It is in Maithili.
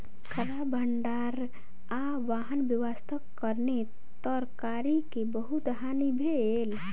खराब भण्डार आ वाहन व्यवस्थाक कारणेँ तरकारी के बहुत हानि भेल